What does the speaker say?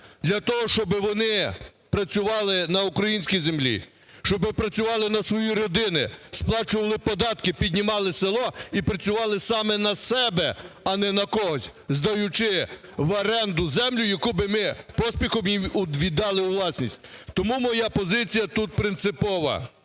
для того щоб вони працювали на українській землі, щоб працювали на свої родини, сплачували податки, піднімали село і працювали саме на себе, а не на когось, здаючи в оренду землю, яку би ми поспіхом їм віддали у власність. Тому моя позиція тут принципова.